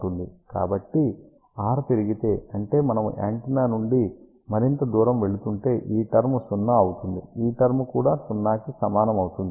కాబట్టి r పెరిగితే అంటే మనము యాంటెన్నా నుండి మరింత దూరం వెళుతుంటే ఈ టర్మ్ సున్నా అవుతుంది ఈ టర్మ్ కూడా 0 కి సమానం అవుతుంది